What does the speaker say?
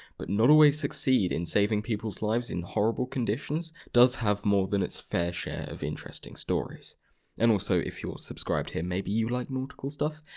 but not always succeed in saving people's lives in horrible conditions, does have more than its fair share of interesting stories and also, if you're subscribed here, maybe you like nautical stuff?